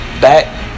back